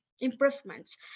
improvements